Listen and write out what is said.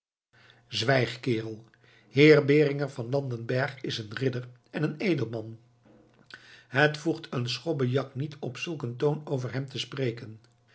zwijg kerel heer beringer van landenberg is een ridder en een edelman het voegt een schobbenjak niet op zulk een toon over hem te spreken